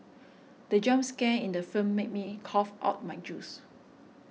the jump scare in the film made me cough out my juice